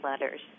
letters